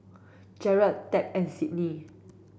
Jerrell Tab and Sydnee